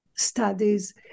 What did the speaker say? studies